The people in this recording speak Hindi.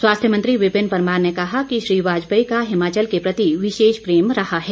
स्वास्थ्य मंत्री विपिन परमार ने कहा कि श्री वाजपेयी का हिमाचल के प्रति विशेष प्रेम रहा है